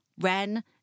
Ren